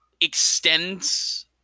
extends